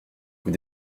vous